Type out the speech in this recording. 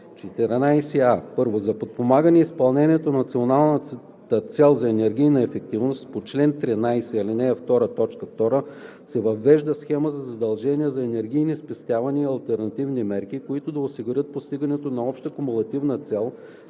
14а. (1) За подпомагане изпълнението на националната цел за енергийна ефективност по чл. 13, ал. 2, т. 2 се въвежда схема за задължения за енергийни спестявания и алтернативни мерки, които да осигурят постигането на обща кумулативна цел